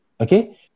Okay